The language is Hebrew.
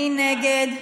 מי נגד?